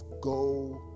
go